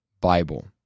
Bible